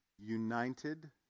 united